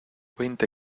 veinte